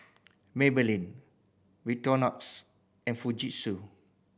Maybelline Victorinox and Fujitsu